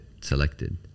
selected